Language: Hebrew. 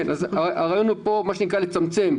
הרעיון פה הוא לצמצם,